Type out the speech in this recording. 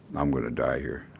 i'm gonna die here